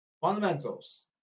Fundamentals